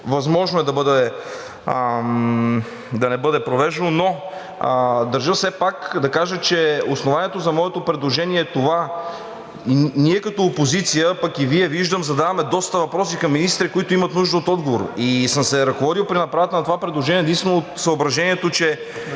възможно да не бъде провеждано. Държа все пак да кажа, че основанието за моето предложение е това, че ние като опозиция, пък и Вие, виждам, задаваме доста въпроси към министрите, които имат нужда от отговор. И съм се ръководил при направата на това предложение единствено от съображението, че